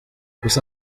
gusa